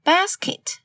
Basket